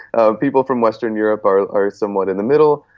ah people from western europe are are somewhat in the middle,